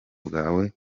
bwawe